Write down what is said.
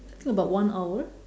I think about one hour